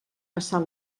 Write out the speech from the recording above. passar